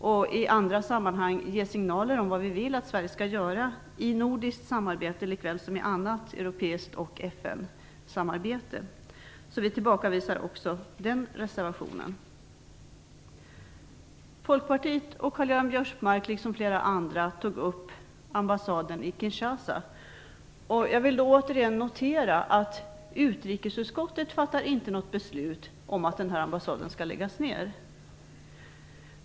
Det är då möjligt att ge signaler om vad vi vill att Sverige skall göra i det nordiska samarbetet likväl som i annat europeiskt samarbete och FN-samarbete. Vi tillbakavisar också denna reservation. Folkpartiet och Karl-Göran Biörsmark liksom flera andra tog upp ambassaden i Kinshasa. Jag vill återigen notera att utrikesutskottet inte fattar något beslut om att denna ambassad skall läggas ner.